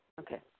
Okay